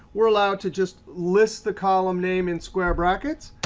we are allowed to just list the column name in square brackets.